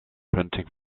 printing